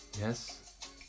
Yes